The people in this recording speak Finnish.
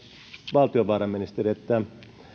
valtiovarainministeri että